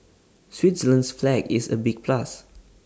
Switzerland's flag is A big plus